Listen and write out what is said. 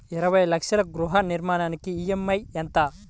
ఇరవై లక్షల గృహ రుణానికి ఈ.ఎం.ఐ ఎంత?